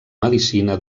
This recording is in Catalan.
medicina